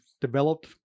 developed